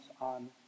on